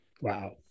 Wow